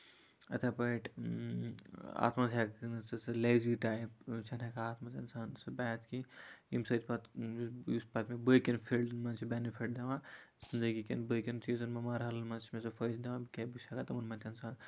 یِتھٕے پٲٹھۍ اَتھ منٛز ہٮ۪ککھ نہٕ ژٕ سُہ لیزی ٹایپ چھِنہٕ ہٮ۪کان سُہ اَتھ منٛز اِنسان سُہ بِہِتھ کِہیٖنۍ ییٚمہِ سۭتۍ پَتہٕ یُس پَتہٕ باقین فیٖلڈَن منٛز چھُ بینِفِٹ دِوان زِندگی کین باقین چیٖزَن مرحَلن منٛز چھُ مےٚ سُہ فٲیدٕ دِوان کیازِ بہٕ چھُس ہٮ۪کان